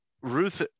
Ruth